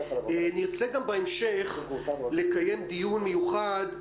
נרצה גם בהמשך לקיים דיון מיוחד,